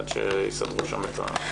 היושב-ראש.